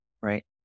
right